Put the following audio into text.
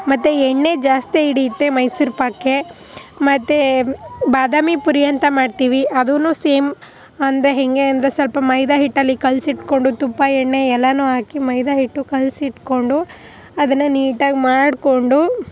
ಮತ್ತು ಎಣ್ಣೆ ಜಾಸ್ತಿ ಹಿಡಿಯತ್ತೆ ಮೈಸೂರು ಪಾಕಿಗೆ ಮತ್ತೆ ಬಾದಾಮಿ ಪುರಿ ಅಂತ ಮಾಡ್ತೀವಿ ಅದನ್ನೂ ಸೇಮ್ ಅಂದರೆ ಹೇಗೆ ಅಂದರೆ ಸ್ವಲ್ಪ ಮೈದಾ ಹಿಟ್ಟಲ್ಲಿ ಕಲಸಿಟ್ಕೊಂಡು ತುಪ್ಪ ಎಣ್ಣೆ ಎಲ್ಲನೂ ಹಾಕಿ ಮೈದಾ ಹಿಟ್ಟು ಕಲಸಿಟ್ಕೊಂಡು ಅದನ್ನು ನೀಟಾಗಿ ಮಾಡಿಕೊಂಡು